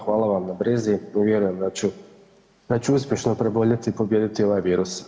Hvala vam na brizi i vjerujem da ću uspješno preboljeti i pobijediti ovaj virus.